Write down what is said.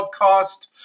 Podcast